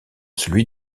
celui